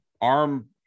arm